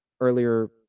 earlier